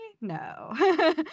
No